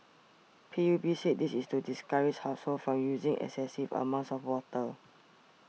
P U B said this is to discourage households from using excessive amounts of water